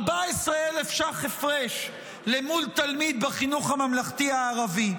14,000 ש"ח הפרש למול תלמיד בחינוך הממלכתי הערבי.